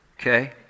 Okay